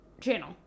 Channel